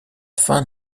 fin